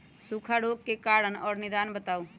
सूखा रोग के कारण और निदान बताऊ?